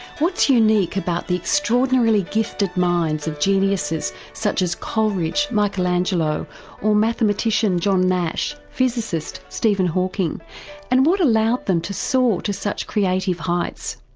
what's unique about the extraordinarily gifted minds of geniuses such as coleridge, michelangelo or mathematician john nash, physicist stephen hawking and what allowed them to soar to such creative heights?